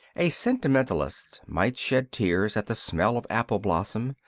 a sentimentalist might shed tears at the smell of apple-blossom,